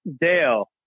Dale